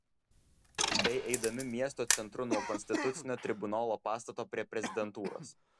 bei eidami miesto centru nuo konstitucinio tribunolo pastato prie prezidentūros